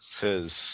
Says